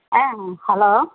ஆ hello